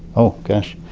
oh, gosh.